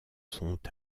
sont